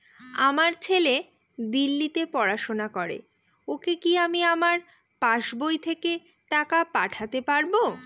আমার ছেলে দিল্লীতে পড়াশোনা করে ওকে কি আমি আমার পাসবই থেকে টাকা পাঠাতে পারব?